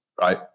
right